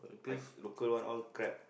Mike local one all crap